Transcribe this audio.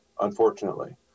unfortunately